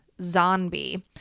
zombie